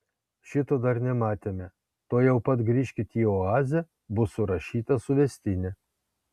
šito dar nematėme tuojau pat grįžkit į oazę bus surašyta suvestinė